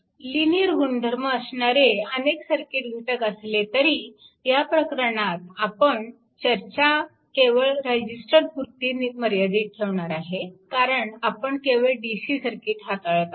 linear गुणधर्म असणारे अनेक सर्किट घटक असले तरी ह्या प्रकरणात आपण आपली चर्चा केवळ रेजिस्टरपुरती मर्यादित ठेवणार आहे कारण आपण केवळ DC सर्किट हाताळत आहोत